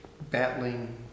battling